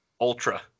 Ultra